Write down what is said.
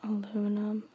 Aluminum